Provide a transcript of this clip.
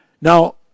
Now